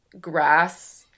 grass